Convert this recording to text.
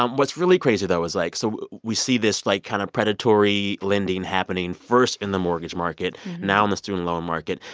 um what's really crazy, though, is, like, so we see this, like, kind of predatory lending happening, first in the mortgage market, now in the student loan market.